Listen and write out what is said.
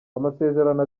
amasezerano